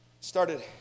started